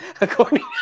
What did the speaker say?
according